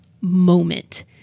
moment